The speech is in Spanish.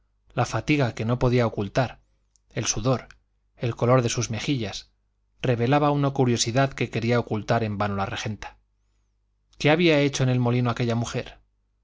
la fatiga que no podía ocultar el sudor el color de sus mejillas revelaba una curiosidad que quería ocultar en vano la regenta qué había hecho en el molino aquella mujer